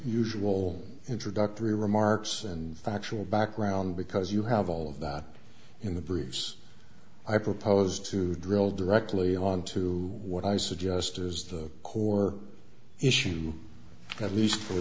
usual introductory remarks and factual background because you have all of that in the briefs i proposed to drill directly on to what i suggest is the core issue at least for